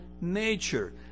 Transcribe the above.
nature